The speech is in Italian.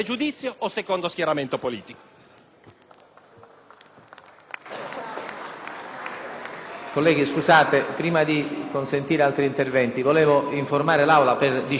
grazie.